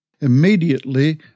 immediately